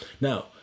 Now